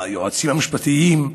היועצים המשפטיים,